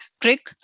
Crick